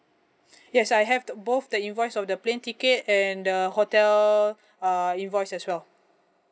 yes I have the both the invoice of the plane ticket and the hotel err invoice as well